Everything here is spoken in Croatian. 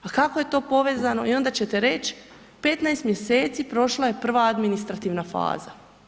Pa kako je to povezano i onda ćete reći, 15 mjeseci, prošla je prva administrativna faza.